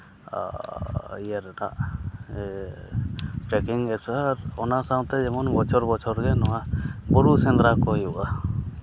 ᱤᱭᱟᱹ ᱨᱮᱱᱟᱜ ᱴᱨᱮᱠᱤᱝ ᱵᱮᱜᱚᱨ ᱚᱱᱟ ᱥᱟᱶᱛᱮ ᱡᱮᱢᱚᱱ ᱵᱚᱪᱷᱚᱨ ᱵᱚᱪᱷᱚᱨ ᱜᱮ ᱱᱚᱣᱟ ᱵᱩᱨᱩ ᱥᱮᱸᱫᱽᱨᱟ ᱠᱚ ᱦᱩᱭᱩᱜᱼᱟ